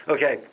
Okay